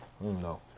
no